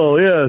Yes